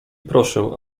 proszę